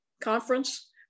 conference